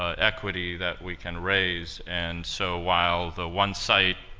ah equity that we can raise. and so while the one site,